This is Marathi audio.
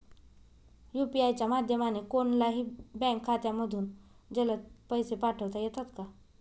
यू.पी.आय च्या माध्यमाने कोणलाही बँक खात्यामधून जलद पैसे पाठवता येतात का?